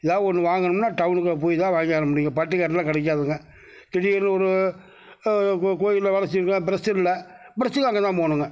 ஏதாவது ஒன்று வாங்கணும்னா டவுனுக்குள்ளே போய் தான் வாங்கிவர முடியும்ங்க பட்டிக்காட்டில் கிடைக்காதுங்க திடீர்னு ஒரு கோயிலில் வேலை செய்கிறவங்களுக்கெல்லாம் பிரஷ் இல்லை பிரஷ்க்கும் அங்கேதான் போகணுங்க